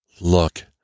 look